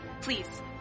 Please